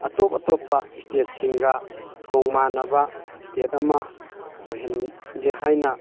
ꯑꯇꯣꯞ ꯑꯇꯣꯞꯄ ꯏꯁꯇꯦꯠꯁꯤꯡꯒ ꯊꯣꯡ ꯃꯥꯟꯅꯕ ꯏꯁꯇꯦꯠ ꯑꯃ ꯑꯣꯏꯍꯟꯒꯦ ꯍꯥꯏꯅ